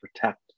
protect